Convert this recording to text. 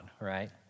right